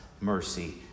mercy